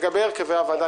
לגבי הרכבי הוועדה,